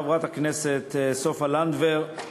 חברת הכנסת סופה לנדבר,